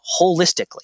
holistically